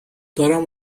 دارم